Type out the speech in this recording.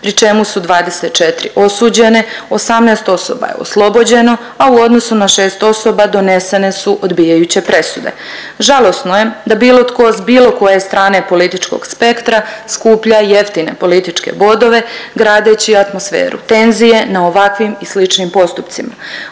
pri čemu su 24 osuđene, 18 osoba je oslobođeno, a u odnosu na 6 osoba donesene su odbijajuće presude. Žalosno je da bilo tko s bilo koje strane političkog spektra skuplja jeftine političke bodove gradeći atmosferu tenzije na ovakvim i sličnim postupcima.